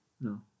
No